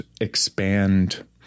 expand